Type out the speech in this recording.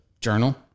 journal